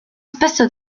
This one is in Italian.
spesso